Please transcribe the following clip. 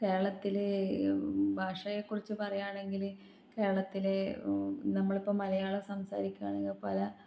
കേരളത്തിൽ ഭാഷയെക്കുറിച്ച് പറയുകയാണെങ്കിൽ കേരളത്തിൽ നമ്മളിപ്പം മലയാളം സംസാരിക്കുകയാണെങ്കിൽ പല